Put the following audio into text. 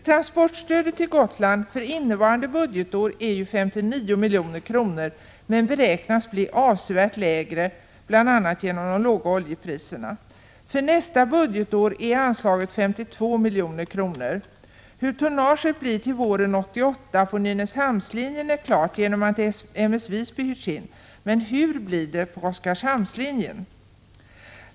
Transportstödet till Gotland för innevarande budgetår är 59 milj.kr. men beräknas bli avsevärt lägre bl.a. genom låga oljepriser. För nästa budgetår är anslaget 52 milj.kr. Hur tonnagefrågan skall lösas till våren 1988 på Nynäshamnslinjen är klart genom att M/S Visby hyrs in. Men hur blir det på Oskarshamnlinjen?